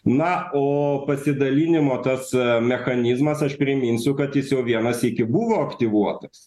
na o pasidalinimo tas mechanizmas aš priminsiu kad jis jau viena sykį buvo aktyvuotas